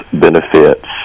benefits